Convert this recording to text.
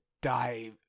die